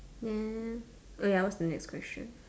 then oh ya what's the next question